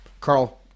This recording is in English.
Carl